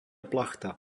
plachta